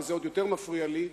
וזה אפילו עוד יותר מפריע לי,